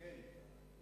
כאן.